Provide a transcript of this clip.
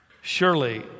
Surely